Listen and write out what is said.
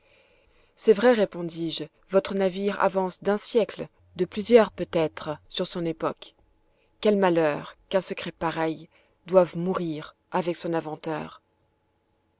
c'est vrai répondis-je votre navire avance d'un siècle de plusieurs peut-être sur son époque quel malheur qu'un secret pareil doive mourir avec son inventeur